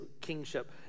kingship